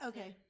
Okay